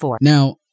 Now